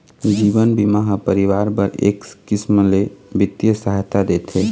जीवन बीमा ह परिवार बर एक किसम ले बित्तीय सहायता देथे